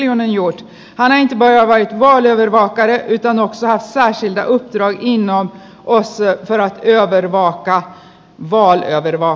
äänen juot vain päivän ohjelma grey panoksella saisi nauttia niina ole syötävää ja tervaa ärade herr talman